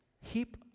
heap